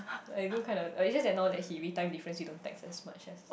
like if you kind of like it's just that now that he time difference he don't text as much as